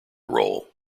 role